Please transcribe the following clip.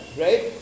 right